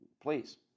Please